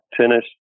tennis